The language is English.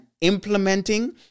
implementing